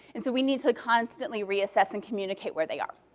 and so we need to constantly reassess and communicate where they are.